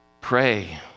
pray